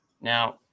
Now